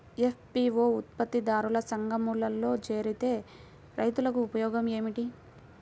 FPO ఉత్పత్తి దారుల సంఘములో చేరితే రైతులకు ఉపయోగము ఏమిటి?